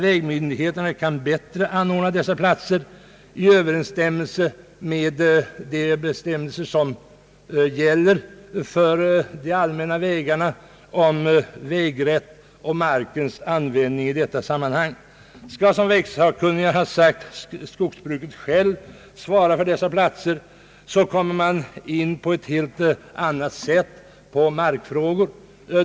Vägmyndigheterna kan bättre anordna dessa platser i enlighet med de bestämmelser som gäller för de allmänna vägarna och för markens användning genom lagen om vägrätt i detta sammanhang. Skall, som vägsakkunniga har sagt, skogsbruket självt svara för dessa platser, kommer man på ett helt annat sätt in på markfrågor.